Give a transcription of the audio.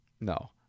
No